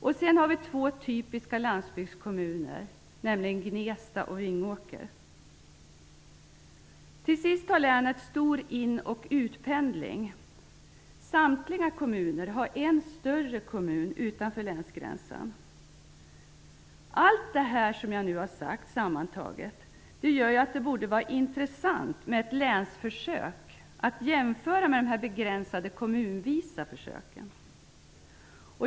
Vidare finns det två typiska landsbygdskommuner: Gnesta och Länet har en stor in och utpendling. Samtliga kommuner har en större kommun utanför länsgränsen. Sammantaget gör allt det som jag här sagt att det borde vara intressant med ett länsförsök, att jämföra med de begränsade kommunvisa försöken.